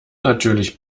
natürlich